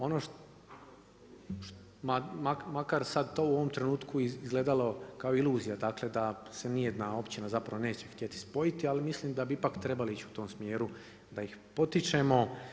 Ono što, makar sad to u ovom trenutku izgledalo kao iluzija, dakle, da se ni jedna općina neće htjeti spojiti, ali mislim da bi ipak trebali ići u tom smjeru da ih potičemo.